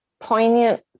poignant